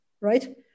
right